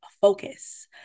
focus